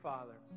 Father